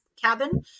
cabin